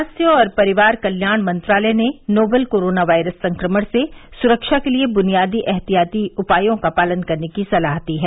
स्वास्थ्य और परिवार कल्याण मंत्रालय ने नोवल कोरोना वायरस संक्रमण से सुरक्षा के लिए बुनियादी एहतियाती उपायों का पालन करने की सलाह दी है